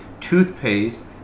toothpaste